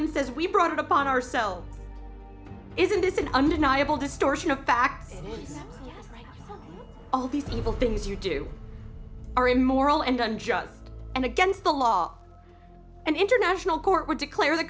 and says we brought it upon ourselves isn't this an undeniable distortion of fact all these people things you do are immoral and unjust and against the law and international court would declare the